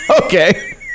Okay